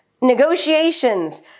negotiations